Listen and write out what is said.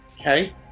Okay